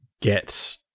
get